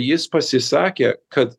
jis pasisakė kad